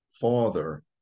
father